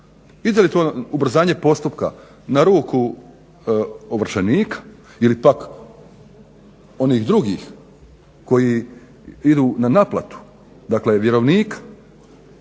Ide li to ubrzanje postupka na ruku ovršenika ili pak onih drugih koji idu na naplatu, dakle vjerovnika?